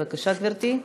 בבקשה, גברתי.